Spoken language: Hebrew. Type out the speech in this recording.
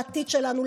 לעתיד שלנו,